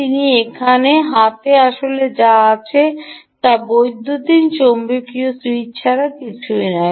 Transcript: তিনি এখানে হাতে আসলে যা আছে তা বৈদ্যুতিন চৌম্বকীয় সুইচ ছাড়া কিছুই নয়